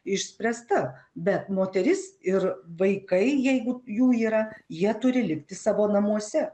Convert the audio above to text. išspręsta bet moteris ir vaikai jeigu jų yra jie turi likti savo namuose